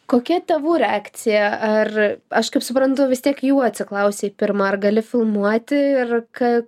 kokia tėvų reakcija ar aš kaip suprantu vis tiek jų atsiklausei pirma ar gali filmuoti ir ką